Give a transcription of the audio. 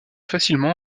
facilement